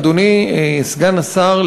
אדוני סגן השר,